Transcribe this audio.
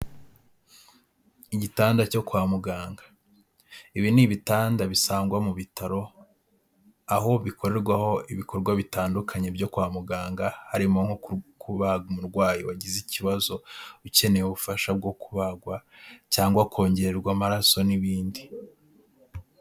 Igitanda cyo kwa muganga, ibi ni ibitanda bisangwa mu bitaro. Aho bikorerwaho ibikorwa bitandukanye byo kwa muganga, harimo nko kuba umurwayi wagize ikibazo ukeneye ubufasha bwo kubagwa cyangwa kongererwa amaraso n'ibindi.